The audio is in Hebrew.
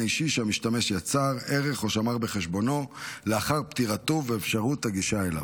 אישי שהמשתמש יצר או שמר בחשבונו לאחר פטירתו ואפשרות הגישה אליו.